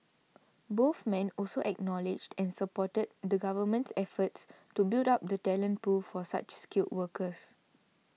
both men also acknowledged and supported the Government's efforts to build up the talent pool for such skilled workers